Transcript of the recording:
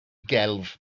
gelf